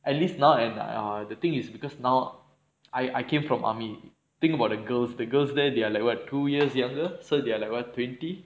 at least now and err the thing is because now I I came from army thing about the girls the girls there they are like what two years younger so they are like what twenty